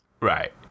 right